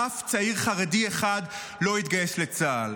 אף צעיר חרדי אחד לא יתגייס לצה"ל.